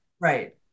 Right